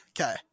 Okay